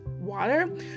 water